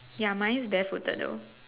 ya mine is barefooted though